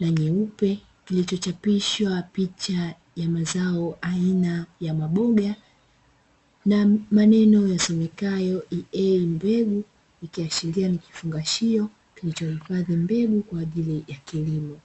na nyeupe kilichochapishwa picha ya mazao aina ya maboga na maneno yasomekayo "EA mbegu", kikiashiria ni kifungashio kilichohifadhi mbegu kwa ajili ya kilimo.